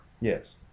Yes